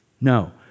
No